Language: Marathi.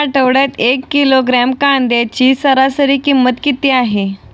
या आठवड्यात एक किलोग्रॅम कांद्याची सरासरी किंमत किती आहे?